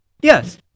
yes